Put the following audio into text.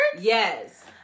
Yes